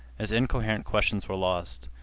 his incoherent questions were lost.